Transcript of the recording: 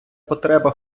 потреба